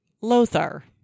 Lothar